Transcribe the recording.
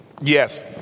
Yes